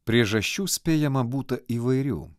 priežasčių spėjama būta įvairių